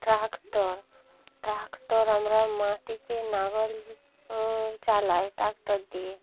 tractor tractor আমরা মাটিতে লাঙল চালাই ট্রাক্টর দিয়ে